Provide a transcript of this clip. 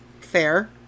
Fair